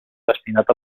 destinat